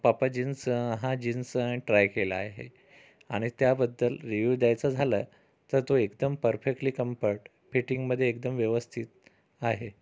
पापा jeans हा jeans try केला आहे आणि त्याबद्दल रिव्ह्यू द्यायचा झालं तर तो एकदम परफेक्टली कम्फर्ट फिटिंगमध्ये एकदम व्यवस्थित आहे